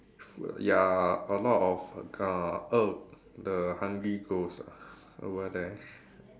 food ya a lot of uh oh the hungry ghost ah over there